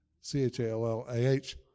C-H-A-L-L-A-H